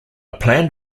planned